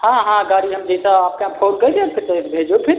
हाँ हाँ गाड़ी हम जैसा आप कहिया फ़ोन करि देव फिर भेजना ठीक